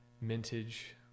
mintage